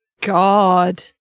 God